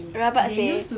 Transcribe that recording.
rabak seh